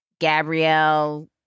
Gabrielle